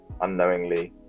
unknowingly